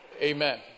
Amen